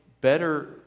better